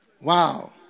Wow